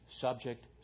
subject